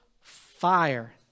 fire